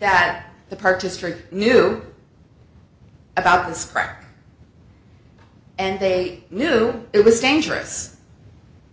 that the purchaser knew about the spread and they knew it was dangerous